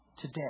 today